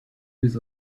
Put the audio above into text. with